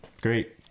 Great